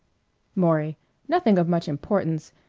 maury nothing of much importance.